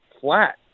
flat